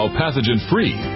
pathogen-free